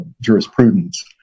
jurisprudence